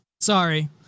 Sorry